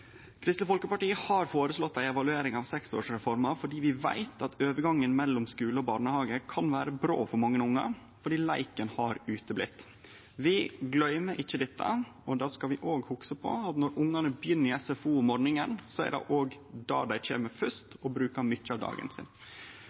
Kristeleg Folkeparti har føreslått ei evaluering av seksårsreforma fordi vi veit at overgangen mellom skule og barnehage kan vere brå for mange ungar – fordi leiken er uteblitt. Vi gløymer ikkje dette. Vi skal òg hugse på at når ungane begynner i SFO om morgonen, er det dit dei kjem fyrst og brukar mykje av dagen sin.